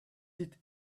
sit